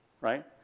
right